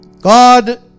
God